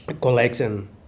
collection